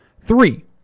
Three